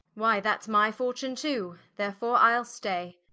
why, that's my fortune too, therefore ile stay